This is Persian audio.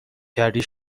کردی